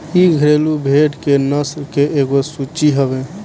इ घरेलु भेड़ के नस्ल के एगो सूची हवे